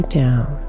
down